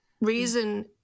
reason